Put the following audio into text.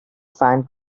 fan